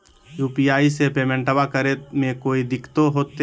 UPI से पेमेंटबा करे मे कोइ दिकतो होते?